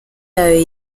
yayo